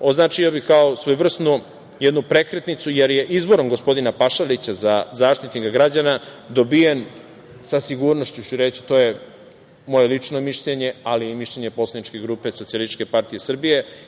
označio bih kao jednu svojevrsnu prekretnicu, jer je izborom gospodina Pašalića za Zaštitnika građana dobijen, sa sigurnošću ću reći, to je moje lično mišljenje ali i mišljenje Poslaničke grupe SPS,